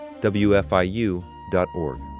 wfiu.org